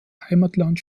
heimatland